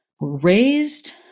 raised